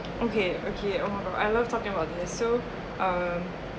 okay okay hold on hold on I love talking about this so uh